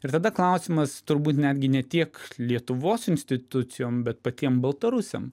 ir tada klausimas turbūt netgi ne tiek lietuvos institucijom bet patiem baltarusiam